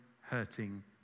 hurting